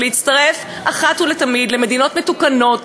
ולהצטרף אחת ולתמיד למדינות מתוקנות,